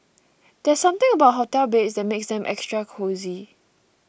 there's something about hotel beds that makes them extra cosy